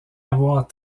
avoir